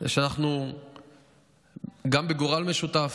זה שאנחנו גם בגורל משותף,